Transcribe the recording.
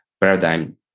paradigm